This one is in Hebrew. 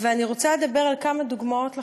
אני רוצה לדבר על כמה דוגמאות לכך.